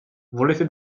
volete